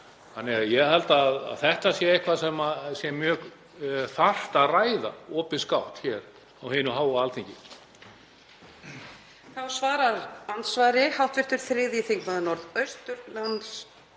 Ég held að þetta sé eitthvað sem sé mjög þarft að ræða opinskátt hér á hinu háa Alþingi.